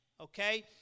okay